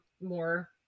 more